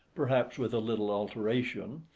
perhaps with a little alteration,